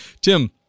Tim